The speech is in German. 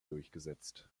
durchgesetzt